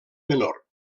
menor